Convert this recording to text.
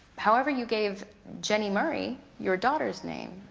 however, you gave jenny murry your daughter's name.